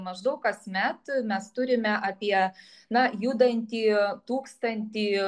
maždaug kasmet mes turime apie na judantį tūkstantį